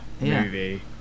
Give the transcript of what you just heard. movie